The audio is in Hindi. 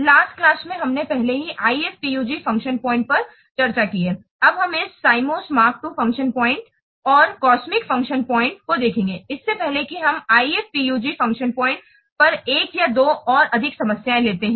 लास्ट क्लास में हमने पहले ही IFPUG फ़ंक्शन पॉइंट पर चर्चा की है अब हम इस Symons Mark II function point और COSMIC फ़ंक्शन पॉइंट को देखेंगे इससे पहले हम इस IFPUG फ़ंक्शन पॉइंट पर एक या दो और अधिक समस्याएँ लेते हैं